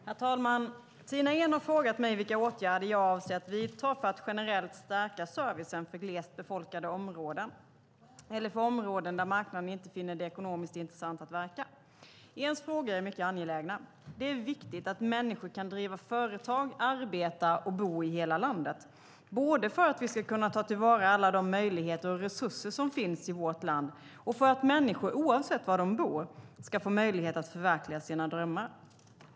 Herr talman! Tina Ehn har frågat mig vilka åtgärder jag avser att vidta för att generellt stärka servicen för glest befolkade områden eller för områden där marknaden inte finner det ekonomiskt intressant att verka. Ehns frågor är mycket angelägna. Det är viktigt att människor kan driva företag, arbeta och bo i hela landet, både för att vi ska kunna ta till vara alla de möjligheter och resurser som finns i vårt land och för att människor, oavsett var de bor, ska få möjlighet att förverkliga sina drömmar.